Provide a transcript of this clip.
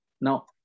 Now